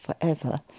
forever